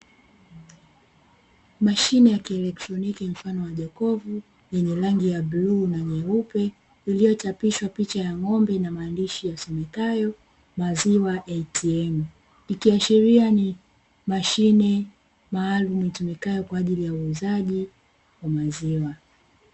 Mashine ya kielektroniki mfano wa jokofu, yenye rangi ya bluu na nyeupe iliyochapishwa picha ya ng'ombe na maandishi yasomekayo "Maziwa ATM" ikiashiria ni mashine maalumu itumikayo kwa ajili ya uuzaji wa maziwa.